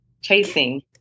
chasing